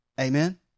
Amen